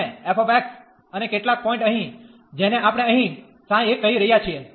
અને f અને કેટલાક પોઇન્ટ અહીં જેને આપણે અહીં ξ 1 કહી રહ્યા છીએ